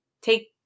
take